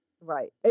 Right